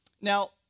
Now